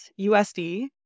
USD